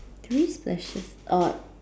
three splashes oh